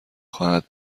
خواهد